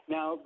Now